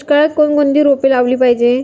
दुष्काळात कोणकोणती रोपे लावली पाहिजे?